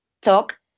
talk